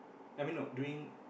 I mean no during